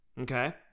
Okay